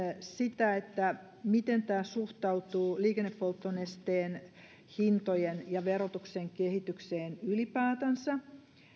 sitä miten tämä suhtautuu liikennepolttonesteen hintojen ja verotuksen kehitykseen ylipäätänsä